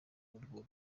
urwo